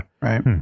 Right